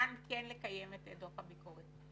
כמובן כן לקיים את דוח הביקורת.